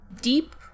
deep